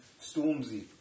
Stormzy